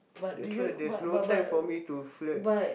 that's why there's no time for me to flirt